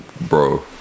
bro